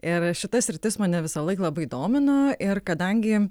ir šita sritis mane visąlaik labai domino ir kadangi